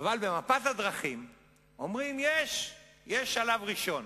במפת הדרכים אומרים: יש שלב ראשון.